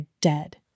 dead